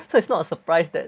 so it's not a surprise that